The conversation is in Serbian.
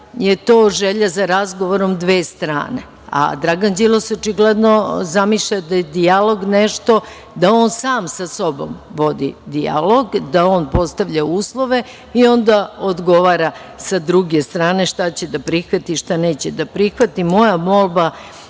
je to želja za razgovorom dve strane, a Dragan Đilas očigledno zamišlja da je dijalog nešto da on sam sa sobom vodi dijalog, da on postavlja uslove i onda odgovora sa druge strane šta će da prihvati i šta neće da prihvati. Moja molba,